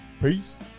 peace